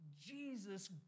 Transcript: Jesus